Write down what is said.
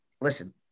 Listen